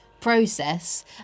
process